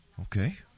Okay